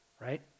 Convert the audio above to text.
right